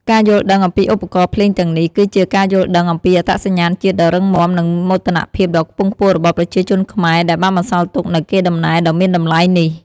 ការយល់ដឹងអំពីឧបករណ៍ភ្លេងទាំងនេះ គឺជាការយល់ដឹងអំពីអត្តសញ្ញាណជាតិដ៏រឹងមាំ និងមោទនភាពដ៏ខ្ពង់ខ្ពស់របស់ប្រជាជនខ្មែរ ដែលបានបន្សល់ទុកនូវកេរដំណែលដ៏មានតម្លៃនេះ។